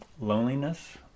loneliness